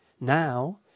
Now